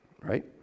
right